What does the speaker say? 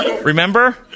Remember